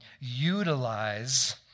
utilize